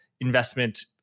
investment